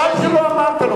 חבל שלא אמרת לו.